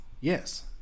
Yes